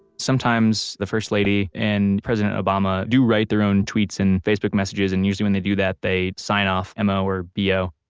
sometimes the first lady and president obama do write their own tweets and facebook messages and usually when they do that they sign off m o. or b o.